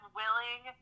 willing